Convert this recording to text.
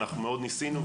מאוד ניסינו,